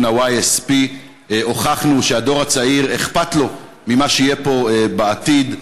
YSP. הוכחנו שלדור הצעיר אכפת ממה שיהיה פה בעתיד,